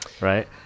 right